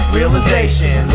Realization